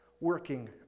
working